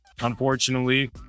unfortunately